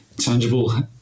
tangible